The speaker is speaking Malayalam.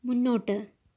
മുന്നോട്ട്